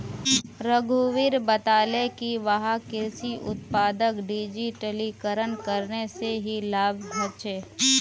रघुवीर बताले कि वहाक कृषि उत्पादक डिजिटलीकरण करने से की लाभ ह छे